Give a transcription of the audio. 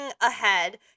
ahead